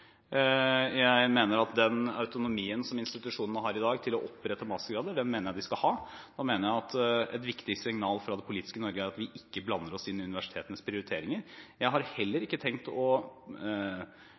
Jeg mener at den autonomien som institusjonene har i dag til å opprette mastergrader, skal de ha. Og så mener jeg at et viktig signal fra det politiske Norge er at vi ikke blander oss inn i universitetenes prioriteringer. Jeg har heller